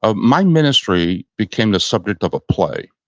ah my ministry became the subject of a play.